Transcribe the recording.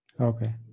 Okay